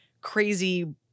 crazy